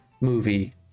movie